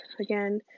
again